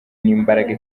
n’imbaraga